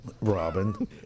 Robin